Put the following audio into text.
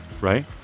right